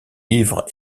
livres